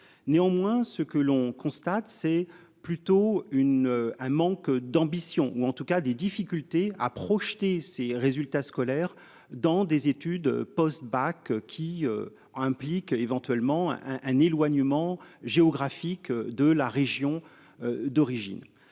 Néanmoins ce que l'on constate c'est plutôt une, un manque d'ambition ou en tout cas des difficultés à projeter ses résultats scolaires, dans des études post-bac qui impliquent éventuellement un un éloignement géographique de la région d'origine.